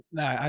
no